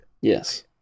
yes